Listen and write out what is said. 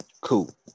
Cool